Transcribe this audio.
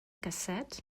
cassette